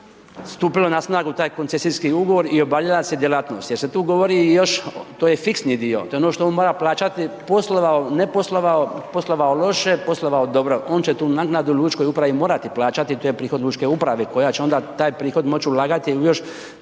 stupilo na snagu taj koncesijski ugovor i obavljala se djelatnost. Jer se tu govori i još, to je fiksni dio, to je ono što on mora plaćati, poslovao, ne poslovao, poslovao loše, poslovao dobro, on će tu naknadu lučkoj upravi morati plaćati to je prihod lučke uprave koja će onda taj prihod moći ulagati u još